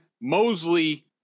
Mosley